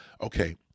Okay